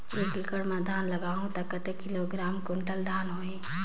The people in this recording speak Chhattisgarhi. एक एकड़ मां धान लगाहु ता कतेक किलोग्राम कुंटल धान होही?